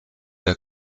der